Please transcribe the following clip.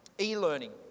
e-learning